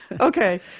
Okay